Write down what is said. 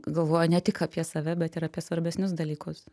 galvoja ne tik apie save bet ir apie svarbesnius dalykus